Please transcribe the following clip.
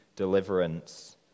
deliverance